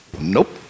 Nope